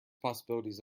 possibilities